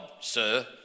sir